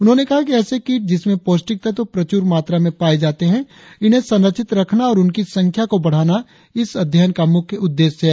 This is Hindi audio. उन्होंने कहा कि ऎसे कीट जिनमें पौष्टिक तत्व प्रचुर मात्रा में पाये जाते है इन्हें संरक्षित रखना और उनकी संख्या को बढ़ाना इस अध्ययन का मुख्य उद्देश्य है